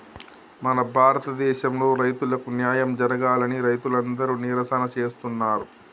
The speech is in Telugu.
మన భారతదేసంలో రైతులకు న్యాయం జరగాలని రైతులందరు నిరసన చేస్తున్నరు